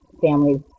families